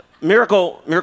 Miracle